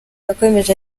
yakomeje